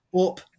up